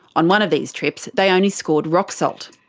on one of these trips, they only scored rock salt.